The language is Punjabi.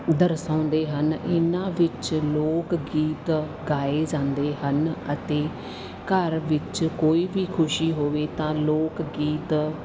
ਦਰਸਾਉਂਦੇ ਹਨ ਇਹਨਾਂ ਵਿੱਚ ਲੋਕ ਗੀਤ ਗਾਏ ਜਾਂਦੇ ਹਨ ਅਤੇ ਘਰ ਵਿੱਚ ਕੋਈ ਵੀ ਖੁਸ਼ੀ ਹੋਵੇ ਤਾਂ ਲੋਕ ਗੀਤ